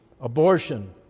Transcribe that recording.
abortion